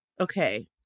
Okay